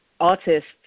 artists